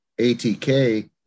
ATK